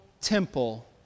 temple